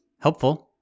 helpful